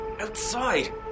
outside